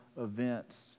events